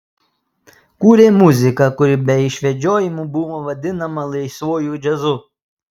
kūrė muziką kuri be išvedžiojimų buvo vadinama laisvuoju džiazu